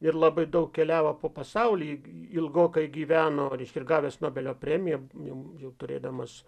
ir labai daug keliavo po pasaulį ilgokai gyveno reiškia ir gavęs nobelio premiją jau jau turėdamas